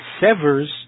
severs